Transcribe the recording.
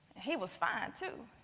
he was fine, too.